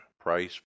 price